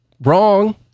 wrong